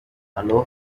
aloha